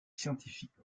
scientifique